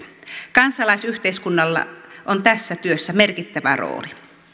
kansalaisyhteiskunnalla on tässä työssä merkittävä rooli